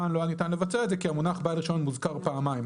כאן לא ניתן היה לבצע את זה כי המונח "בעל רישיון" מוזכר פעמיים.